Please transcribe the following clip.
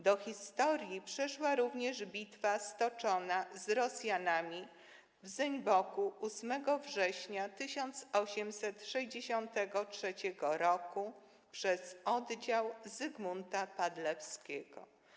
Do historii przeszła również bitwa stoczona z Rosjanami w Zeńboku 8 września 1863 r. przez oddział Zygmunta Padlewskiego.